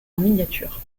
miniatures